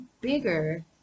bigger